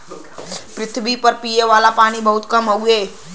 पृथवी पर पिए वाला पानी बहुत कम हउवे